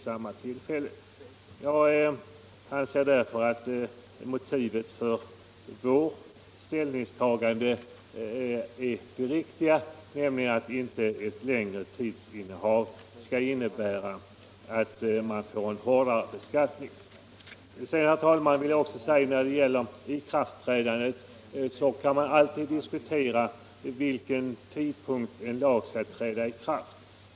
Jag anser därför att vårt ställningstagande är det rätta, nämligen att en längre innehavstid inte skall få innebära hårdare beskattning. Herr talman! Man kan alltid diskutera vid vilken tidpunkt en lag skall träda i kraft.